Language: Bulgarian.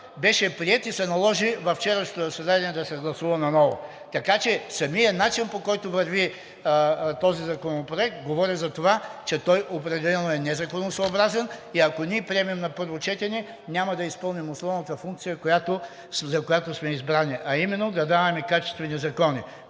беше приет и се наложи на вчерашното заседание да се гласува наново. Така че самият начин, по който върви този законопроект, говори за това, че той определено е незаконосъобразен и ако ние го приемем на първо четене, няма да изпълним основната функция, за която сме избрани, а именно да даваме качествени закони.